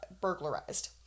burglarized